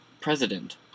president